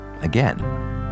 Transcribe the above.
again